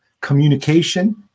Communication